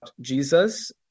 Jesus